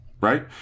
Right